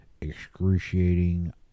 excruciating